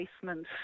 basement